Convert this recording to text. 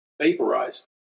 vaporized